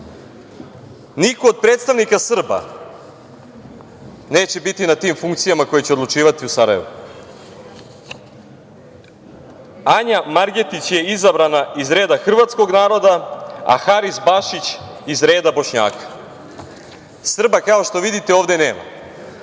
Niko od predstavnika Srba neće biti na tim funkcijama koje će odlučivati u Sarajevu. Anja Margetić je izabrana iz reda hrvatskog naroda, a Haris Bašić iz reda Bošnjaka. Srba, kao što vidite, ovde nema.